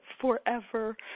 forever